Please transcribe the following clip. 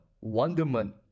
wonderment